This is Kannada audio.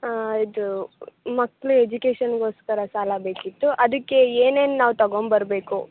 ಇದು ಮಕ್ಳ ಎಜುಕೇಷನ್ನಿಗೋಸ್ಕರ ಸಾಲ ಬೇಕಿತ್ತು ಅದಕ್ಕೆ ಏನೇನು ನಾವು ತಗೊಂಬರಬೇಕು